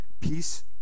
peace